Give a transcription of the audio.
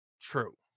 true